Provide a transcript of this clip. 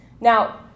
Now